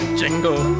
jingle